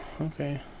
okay